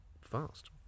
fast